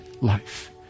life